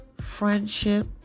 friendship